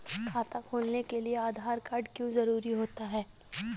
खाता खोलने के लिए आधार कार्ड क्यो जरूरी होता है?